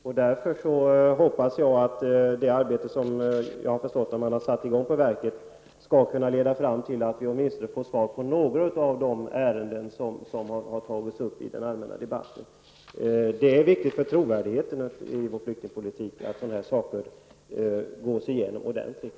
Jag hoppas därför att det arbete som jag har förstått att man har satt i gång på verket skall kunna leda fram till att vi åtminstone får klarhet i några av de ärenden som har tagits upp i den allmänna debatten. Det är viktigt för trovärdigheten i vår flyktingpolitik att sådana här saker gås igenom ordentligt.